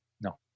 No